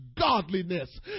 godliness